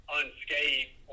unscathed